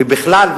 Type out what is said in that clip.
ובכלל,